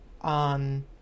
on